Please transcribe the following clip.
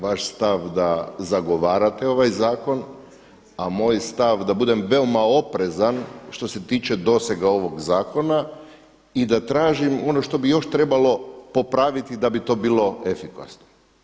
Vaš stav da zagovarate ovaj zakon, a moj stav da budem veoma oprezan što se tiče dosega ovog zakona i da tražim ono što bi još trebalo popraviti da bi to bilo efikasno.